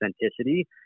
authenticity